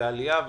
ועלייה,